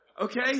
okay